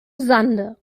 sande